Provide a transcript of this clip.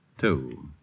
two